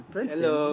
Hello